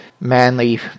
Manly